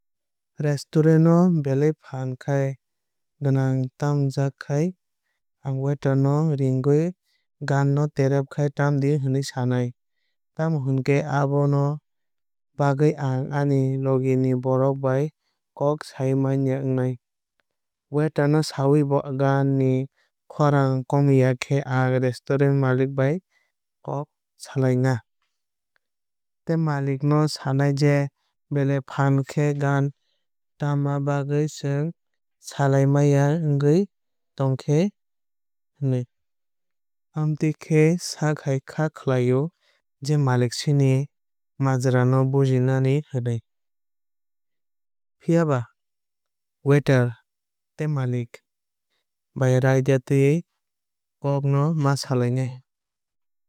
Reresturant o belai phaan khai gaan tammjkhai ang waiter no ringwui gaan no tereb khai tamdi hinwui sanai. Tamo hinkhe aboni bagwui ang ani logi ni borok bai kok sai manya wngnai. Waiter no sawui bo gaan ni khorang komiya khe ang resturant malik bai kok salai na. Tei malik no sanai je belai phaan khai gaan tama bagwui chwng salai manya wngwui tongkha hinwui. Amtwui khe sakhai kha khlai o je malik chini majra no bujinai hinwui. Phiaba waiter tei mailk bai raidatwui kok ma sanai.